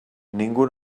ningú